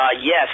Yes